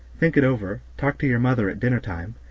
think it over, talk to your mother at dinner-time,